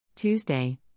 Tuesday